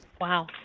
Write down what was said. Wow